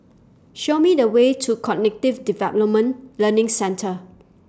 Show Me The Way to Cognitive Development Learning Centre